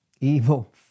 evil